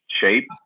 shape